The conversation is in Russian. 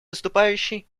выступающий